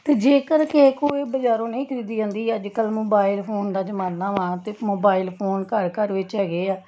ਅਤੇ ਜੇਕਰ ਕਿਸੇ ਕੋਲੋਂ ਇਹ ਬਜ਼ਾਰੋਂ ਨਹੀਂ ਖਰੀਦੀ ਜਾਂਦੀ ਅੱਜ ਕੱਲ੍ਹ ਮੋਬਾਇਲ ਫੋਨ ਦਾ ਜਮਾਨਾ ਵਾ ਅਤੇ ਮੋਬਾਇਲ ਫੋਨ ਘਰ ਘਰ ਵਿੱਚ ਹੈਗੇ ਆ